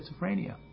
schizophrenia